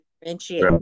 differentiate